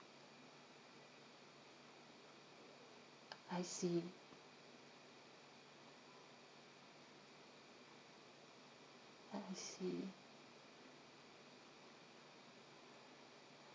I see I see